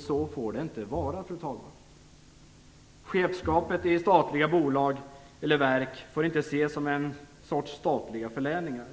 Så får det inte vara, fru talman. Chefskapet i statliga bolag eller verk får inte ses som en sorts statliga förläningar.